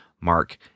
mark